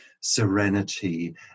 serenity